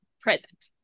present